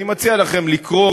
לקרוא